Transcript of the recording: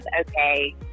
okay